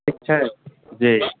ठीक छै जी